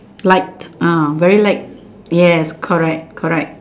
light ah very light yes correct correct